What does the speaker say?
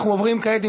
אנחנו עוברים כעת,